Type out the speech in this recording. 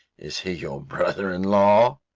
is he your brother-in-law?